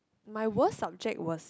my worst subject was